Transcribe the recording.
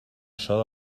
això